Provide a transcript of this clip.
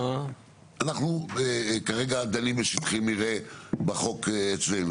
אנחנו כרגע דנים בשטחי מרעה בחוק אצלנו.